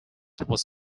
was